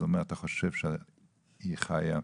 אז הוא אומר לו: אתה חושב שהיא חיה בזכותך?